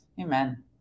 amen